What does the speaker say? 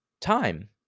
time